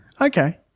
Okay